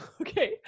Okay